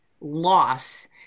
loss